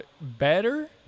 better